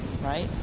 right